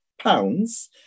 pounds